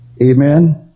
Amen